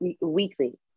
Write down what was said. Weekly